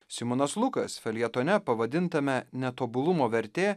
simonas lukas feljetone pavadintame netobulumo vertė